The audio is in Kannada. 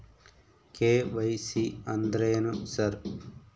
ಕೆ.ವೈ.ಸಿ ಅಂದ್ರೇನು ಸರ್?